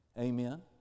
Amen